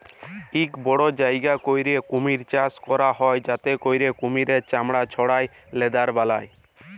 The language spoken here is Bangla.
ইক বড় জায়গা ক্যইরে কুমহির চাষ ক্যরা হ্যয় যাতে ক্যইরে কুমহিরের চামড়া ছাড়াঁয় লেদার বালায়